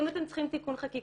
אם אתם צריכים תיקון חקיקה,